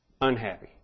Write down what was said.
unhappy